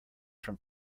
from